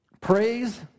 Praise